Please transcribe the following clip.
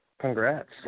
Congrats